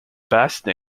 basque